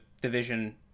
division